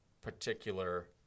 particular